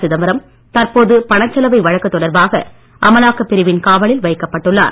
சிதம்பரம் தற்போது பணச் சலவை வழக்கு தொடர்பாக அமலாக்கப் பிரிவின் காவலில் வைக்கப்பட்டுள்ளார்